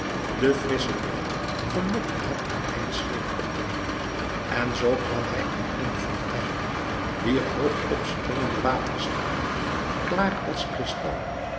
de frissche lucht verlokte hem een eindweegs op te wandelen en zoo kwam hij aan eene fontein wier hoog opspringende waterstralen klaar als kristal